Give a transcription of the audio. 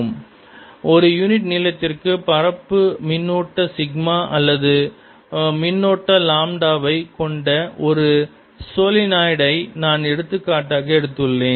S10EB Momentumvolume0 Angular moemntumvolume0r× ஒரு unit நீளத்திற்கு பரப்பு மின்னூட்ட சிக்மா அல்லது மின்னோட்ட லாம்டா வை கொண்ட ஒரு சாலினாய்டு ஐ நான் எடுத்துக்காட்டாக எடுத்துள்ளேன்